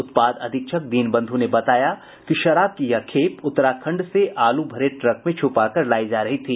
उत्पाद अधीक्षक दीनबंधु ने बताया कि शराब की यह खेप उत्तराखंड से आलू भरे ट्रक में छुपाकर लायी जा रही थी